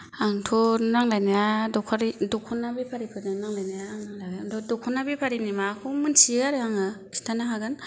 आंथ' नांज्लायनाया दख'ना बेफारिफोरजों नांलायनाया आं नांज्लायनाया दख'ना बेफारिनि माबाखौ मोनथियो आरो आङो खिन्थानो हागोन